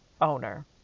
owner